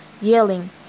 yelling